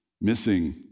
missing